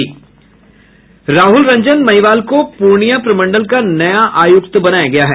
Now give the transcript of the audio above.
राहुल रंजन महिवाल को पूर्णिया प्रमंडल का नया आयुक्त बनाया गया है